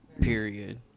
period